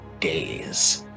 days